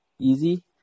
easy